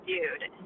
dude